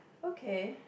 okay